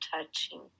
touching